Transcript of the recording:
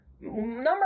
Number